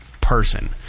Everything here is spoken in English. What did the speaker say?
person